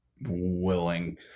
willing –